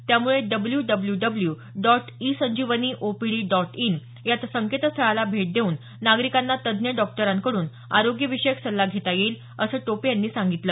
त्यामुळे W W W dot e Sanjeevani O P D dot in या संकेतस्थळाला भेट देऊन नागरिकांना तज्ज्ञ डॉक्टरांकडून आरोग्यविषयक सल्ला घेता येईल असं टोपे यांनी सांगितलं